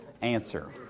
answer